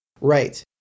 right